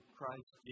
Christ